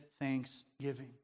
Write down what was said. thanksgiving